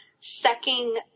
sucking